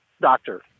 doctor